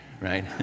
right